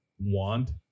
want